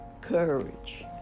courage